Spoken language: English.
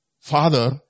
father